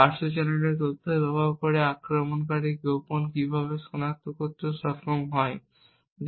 পার্শ্ব চ্যানেলের তথ্য ব্যবহার করে আক্রমণকারী গোপন কী সনাক্ত করতে সক্ষম হবে